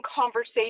conversation